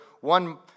one